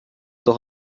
doch